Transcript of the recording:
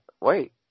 wait